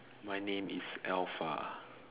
my name is alpha